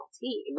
team